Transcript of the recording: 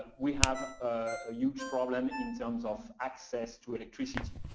we have a huge problem in terms of access to electricity.